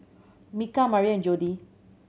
Micah Maria and Jodie